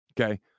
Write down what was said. okay